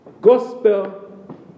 Gospel